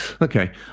Okay